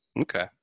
Okay